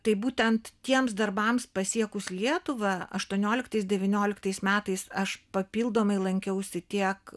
tai būtent tiems darbams pasiekus lietuvą aštuonioliktais devynioliktais metais aš papildomai lankiausi tiek